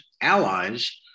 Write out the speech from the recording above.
allies